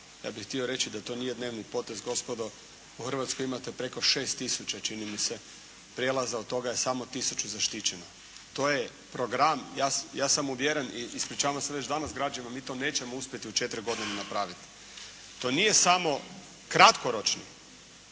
Ja bih htio reći da to nije dnevni potez gospodo. U Hrvatskoj imate preko 6 tisuća čini mi se prijelaza. Od toga je samo tisuću zaštićeno. To je program. Ja sam uvjeren i ispričavam se već danas građanima, mi to nećemo uspjeti u četiri godine napraviti. To nije samo kratkoročni,